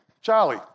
Charlie